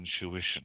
intuition